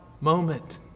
moment